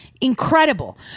incredible